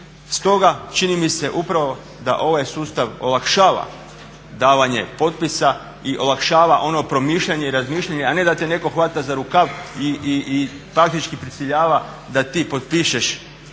Stoga čini mi se upravo da ovaj sustav olakšava davanje potpisa i olakšava ono promišljanje i razmišljanje, a ne da te netko hvata za rukav i praktički prisiljava da ti potpišeš